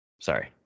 Sorry